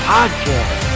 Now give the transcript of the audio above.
Podcast